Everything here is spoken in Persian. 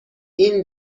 این